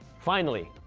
finally,